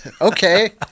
Okay